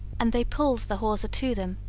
and they pulled the hawser to them,